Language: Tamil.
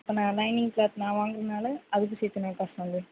இப்போ நான் லைனிங் க்ளாத் நான் வாங்கிறதுனால அதுக்கும் சேர்த்து என்ன காஸ்ட் ஆகுது